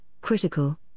critical